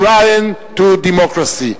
shrine of democracy..